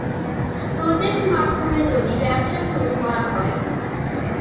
project মাধ্যমে যদি ব্যবসা শুরু করা হয়